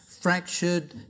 fractured